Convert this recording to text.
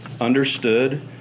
understood